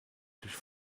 durch